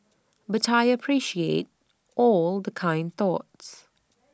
but I appreciate all the kind thoughts